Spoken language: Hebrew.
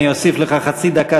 אני אוסיף לך חצי דקה,